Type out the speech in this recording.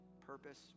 purpose